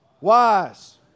wise